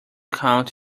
count